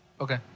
Okay